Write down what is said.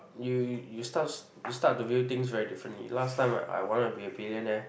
you you start to you start to view things very differently last time I want to be a billionaire